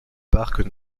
parc